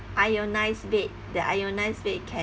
ionized bed the ionized bed can